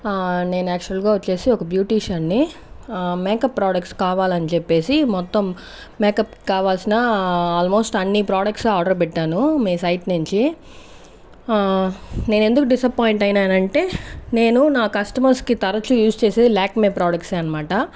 నేను యాక్చువల్ గా వచ్చేసి ఒక బ్యూటిషన్ ని మేకప్ ప్రోడక్ట్స్ కావాలని చెప్పేసి మొత్తం మేకప్ కావాల్సిన ఆల్మోస్ట్ అన్ని ప్రొడక్ట్స్ ఆర్డర్ పెట్టాను మీ సైట్ నుంచి నేనెందుకు డిసప్పాయింట్ అయినను అంటే నేను నా కస్టమర్స్ కి తరచూ యూస్ చేసేది లాక్మే ప్రొడక్ట్స్ అనమాట